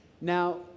Now